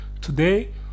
Today